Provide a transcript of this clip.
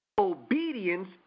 obedience